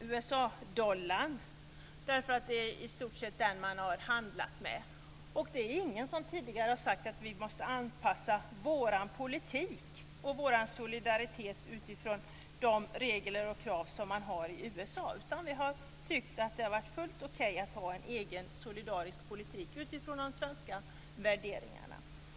USA dollarn. Det är i stort sett den man har handlat med. Men det är ingen som tidigare har sagt att vi måste anpassa vår politik och vår solidaritet utifrån de regler och krav man har i USA. Vi har tyckt att det har varit fullt okej att ha en egen solidarisk politik utifrån de svenska värderingarna.